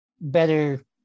better